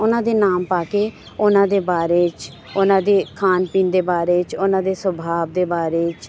ਉਹਨਾਂ ਦੇ ਨਾਮ ਪਾ ਕੇ ਉਹਨਾਂ ਦੇ ਬਾਰੇ 'ਚ ਉਹਨਾਂ ਦੇ ਖਾਣ ਪੀਣ ਦੇ ਬਾਰੇ 'ਚ ਉਹਨਾਂ ਦੇ ਸੁਭਾਵ ਦੇ ਬਾਰੇ 'ਚ